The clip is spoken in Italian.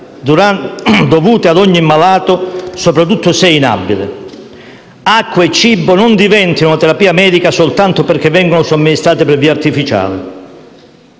dovute a ogni malato, soprattutto se inabile. Acqua e cibo non diventino una terapia medica soltanto perché vengono somministrati per via artificiale.